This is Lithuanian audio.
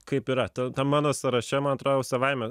kaip yra ta tam mano sąraše man atrodo jau savaime